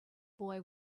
boy